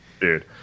Dude